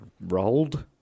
Rolled